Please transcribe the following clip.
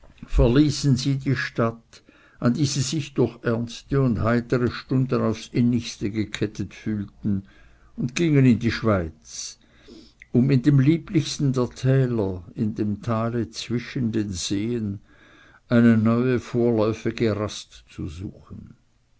verließen sie die stadt an die sie sich durch ernste und heitere stunden aufs innigste gekettet fühlten und gingen in die schweiz um in dem lieblichsten der täler in dem tale zwischen den seen eine neue vorläufige rast zu suchen